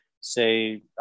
say